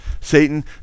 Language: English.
Satan